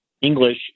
English